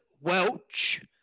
Welch